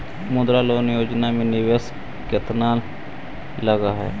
मुद्रा लोन योजना में निवेश केतना लग हइ?